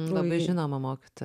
labai žinoma mokytoja